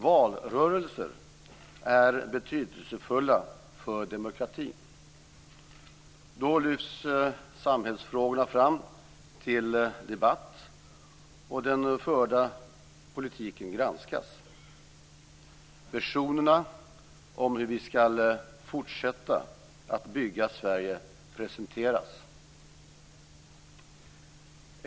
Valrörelser är betydelsefulla för demokratin. Då lyfts samhällsfrågorna fram till debatt, och den förda politiken granskas. Visionerna om hur vi skall fortsätta att bygga Sverige presenteras.